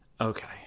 Okay